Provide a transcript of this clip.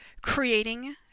creating